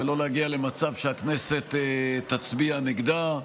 ולא להגיע למצב שהכנסת תצביע נגדה.